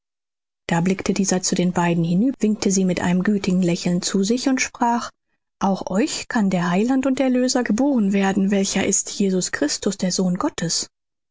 da blickte dieser zu den beiden hinüber winkte sie mit einem gütigen lächeln zu sich und sprach auch euch kann der heiland und erlöser geboren werden welcher ist jesus christus der sohn gottes